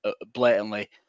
blatantly